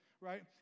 right